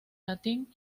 latín